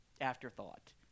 afterthought